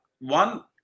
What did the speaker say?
One